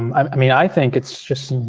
um i mean i think it's just.